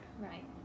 Right